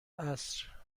عصر